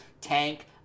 tank